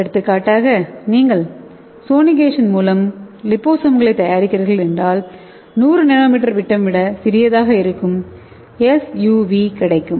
எடுத்துக்காட்டாக நீங்கள் சோனிகேஷன் மூலம் லிபோசோம்களைத் தயாரிக்கிறீர்கள் என்றால் 100 என்எம் விட்டம் விட சிறியதாக இருக்கும் எஸ்யூவி கிடைக்கும்